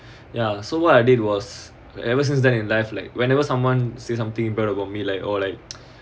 ya so what I did was ever since then in life like whenever someone say something bad about me like or like